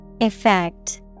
Effect